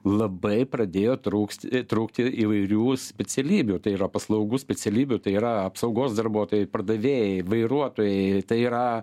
labai pradėjo trūkst trūkti įvairių specialybių tai yra paslaugų specialybių tai yra apsaugos darbuotojai pardavėjai vairuotojai tai yra